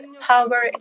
power